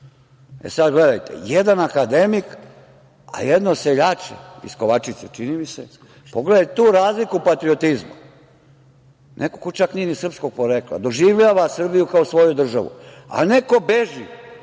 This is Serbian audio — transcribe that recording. E sad, gledajte, jedan akademik, a jedno seljače iz Kovačice, čini mi se, pogledaj tu razliku u patriotizmu, neko ko čak nije ni sprskog porekla doživljava Srbiju kao svoju državu, a neko beži